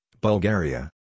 Bulgaria